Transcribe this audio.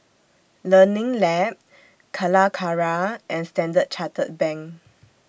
Learning Lab Calacara and Standard Chartered Bank